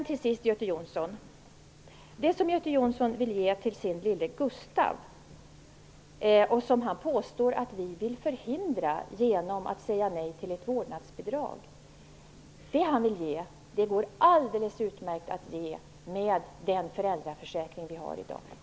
Till sist: Det som Göte Jonsson vill ge till sin lille Gustav och påstår att vi vill förhindra genom att säga nej till ett vårdnadsbidrag går alldeles utmärkt att ge med den föräldraförsäkring som vi har i dag.